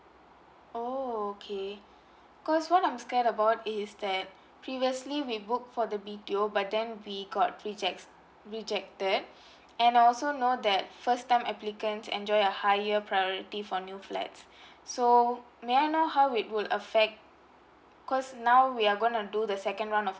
oh okay 'cos what I'm scared about is that previously we booked for the B_T_O but then we got reject rejected and I also know that first time applicants enjoy a higher priority for new flats so may I know how it would affect 'cos now we are gonna do the second round of